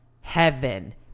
heaven